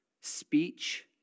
speech